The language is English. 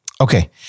Okay